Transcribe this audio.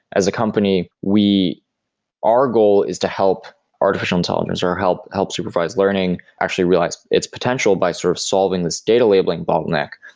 as a company, company, our goal is to help artificial intelligence or help help supervised learning actually realize its potential by sort of solving this data labeling bottleneck.